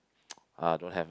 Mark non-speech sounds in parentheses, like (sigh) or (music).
(noise) uh don't have ah